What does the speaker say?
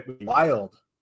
wild